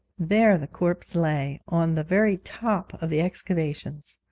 there the corpse lay, on the very top of the excavations.